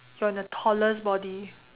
you're in the toddler's body